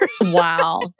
Wow